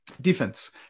defense